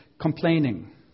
complaining